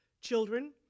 Children